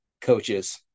coaches